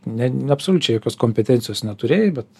ne absoliučiai jokios kompetencijos neturėjai bet